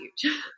huge